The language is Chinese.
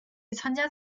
参加